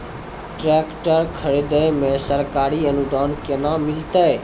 Tractor खरीदै मे सरकारी अनुदान केना मिलतै?